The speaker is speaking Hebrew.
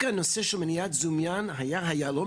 דווקא הנושא של מניעת זיהום ים היה "היהלום